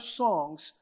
songs